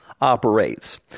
operates